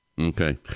Okay